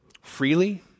freely